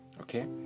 Okay